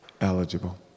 eligible